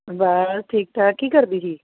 ਵਾਹ ਠੀਕ ਠਾਕ ਕੀ ਕਰਦੀ ਸੀ